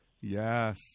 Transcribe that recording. Yes